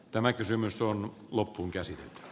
tämä kysymys on lopun käsine